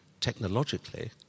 technologically